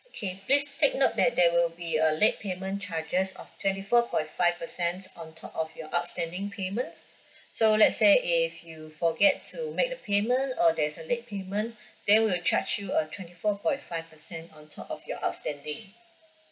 okay please take note that there will be a late payment charges of twenty four point five percent on top of your outstanding payments so let's say if you forget to make the payment or there is a late payment they will charge you a twenty four point five percent on top of your outstanding